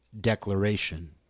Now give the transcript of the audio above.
declaration